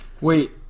Wait